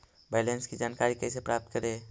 Balance की जानकारी कैसे प्राप्त करे?